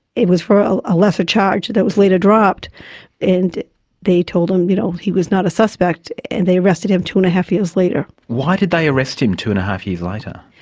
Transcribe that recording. it was for ah a lesser charge that was later dropped and they told him, you know, he was not a suspect and they arrested him two and a half years later. why did they arrest him two and half years later?